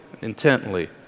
intently